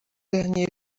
dernier